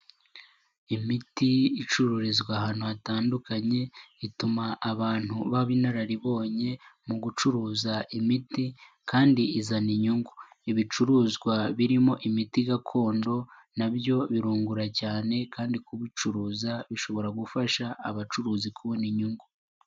Imiti icururizwa ahantu hatandukanye, ituma abantu baba inararibonye, mu gucuruza imiti kandi izana inyungu. Ibicuruzwa birimo imiti gakondo na byo birungura cyane, kandi kubicuruza bishobora gufasha abacuruzi kubona inyungu.